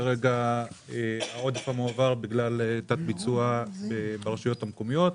כרגע העודף המועבר בגלל תת ביצוע ברשויות המקומיות,